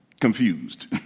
confused